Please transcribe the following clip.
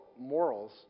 morals